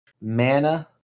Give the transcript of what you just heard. Mana